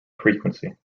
frequency